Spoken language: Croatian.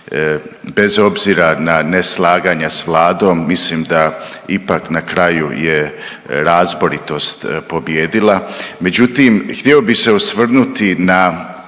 bez obzira na neslaganja s vladom mislim da ipak na kraju je razboritost pobijedila. Međutim, htio bih se osvrnuti na